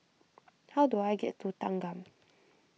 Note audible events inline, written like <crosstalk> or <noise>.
<noise> how do I get to Thanggam <noise>